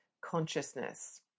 consciousness